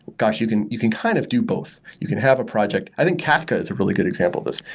gosh, you can you can kind of do both. you can have a project. i think kafka is a really good example of this.